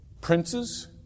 princes